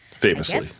famously